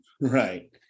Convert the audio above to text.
Right